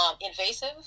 Invasive